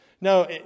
No